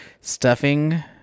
stuffing